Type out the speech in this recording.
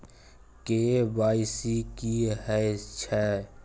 KYC की हय छै?